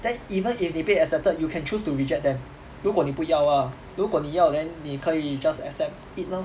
then even if 你被 accepted you can choose to reject them 如果你不要 ah 如果你要 then 你可以 just accept it lor